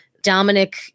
Dominic